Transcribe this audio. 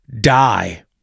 die